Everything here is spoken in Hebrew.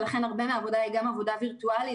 לכן הרבה מהעבודה היא עבודה וירטואלית